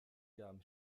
gaben